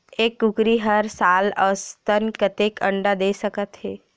एक कुकरी हर साल औसतन कतेक अंडा दे सकत हे?